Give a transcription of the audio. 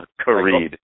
Kareed